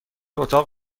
اتاق